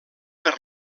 per